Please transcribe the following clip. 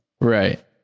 Right